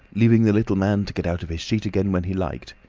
leaving the little man to get out of his sheet again when he liked.